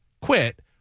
quit